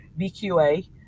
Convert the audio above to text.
BQA